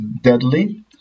deadly